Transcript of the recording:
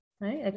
Right